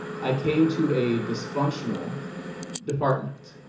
i came to a dysfunctional department,